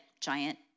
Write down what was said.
giant